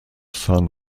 san